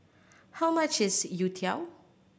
how much is youtiao